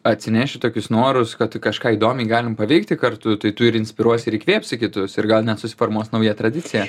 atsineši tokius norus kad kažką įdomiai galim paveikti kartu tai tu ir inspiruos ir įkvėpsi kitus ir gal net susiformuos nauja tradicija